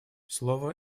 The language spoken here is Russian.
слово